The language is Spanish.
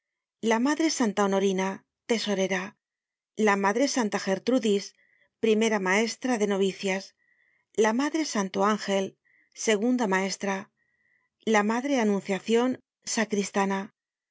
la madre santa honorina tesorera la madre santa gertrudis primera maestra de novicias la madre santo angel segunda maestra la madre anunciacion safcristana